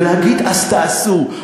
ולהגיד: אז תעשו,